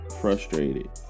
frustrated